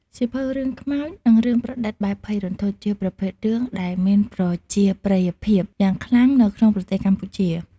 សៀវភៅរឿងខ្មោច និងរឿងប្រឌិតបែបភ័យរន្ធត់ ជាប្រភេទរឿងដែលមានប្រជាប្រិយភាពយ៉ាងខ្លាំងនៅក្នុងប្រទេសកម្ពុជា។